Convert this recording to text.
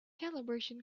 calibration